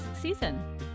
season